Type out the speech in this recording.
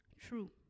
true